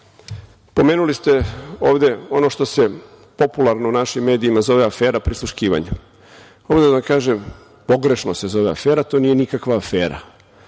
bude. Pomenuli ste ovde ono što se popularno u našim medijima zove afera prisluškivanja. Mogu da vam kažem, pogrešno se zove afera, to nije nikakva afera.